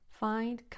find